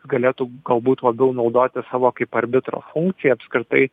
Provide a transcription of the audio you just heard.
galėtų galbūt labiau naudotis savo kaip arbitro funkcija apskritai